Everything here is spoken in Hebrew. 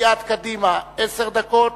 לסיעת קדימה עשר דקות,